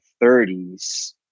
thirties